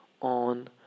on